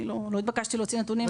לא התבקשתי להוציא נתונים.